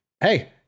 hey